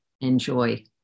enjoy